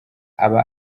aba